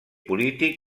polític